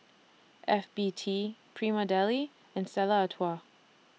F B T Prima Deli and Stella Artois